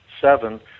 seven